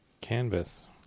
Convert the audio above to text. Canvas